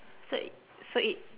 so so it~